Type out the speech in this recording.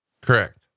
Correct